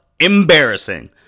embarrassing